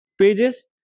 pages